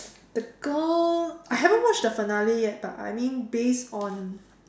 the girl I haven't watched the finale yet but I mean based on